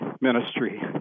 ministry